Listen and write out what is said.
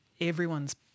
everyone's